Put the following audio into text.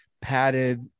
padded